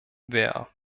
wer